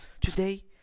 today